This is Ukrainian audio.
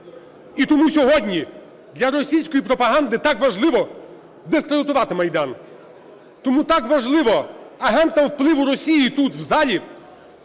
І тому сьогодні для російської пропаганди так важливо дискредитувати Майдан, тому так важливо агентам впливу Росії тут, в залі,